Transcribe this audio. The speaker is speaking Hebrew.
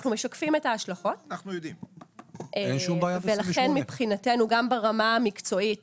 אנחנו משקפים את ההשלכות ולכן מבחינתנו גם ברמה המקצועית